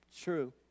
True